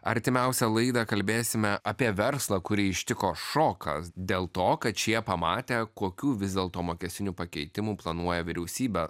artimiausią laidą kalbėsime apie verslą kurį ištiko šokas dėl to kad šie pamatę kokių vis dėlto mokestinių pakeitimų planuoja vyriausybė